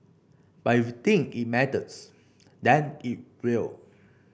but if think it matters then it will